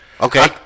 Okay